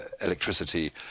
electricity